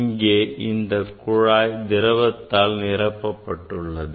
இங்கே இந்தக் குழாய் திரவத்தால் நிரப்பப்பட்டுள்ளது